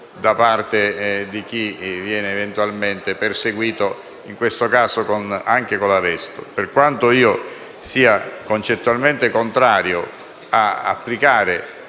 da parte di chi viene eventualmente perseguito, in questo caso anche con l’arresto. Per quanto io sia concettualmente contrario ad applicare